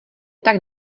tak